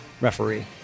referee